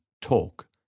talk